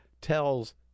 tells